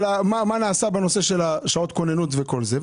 מה נעשה בנושא של שעות כוננות וכל זה,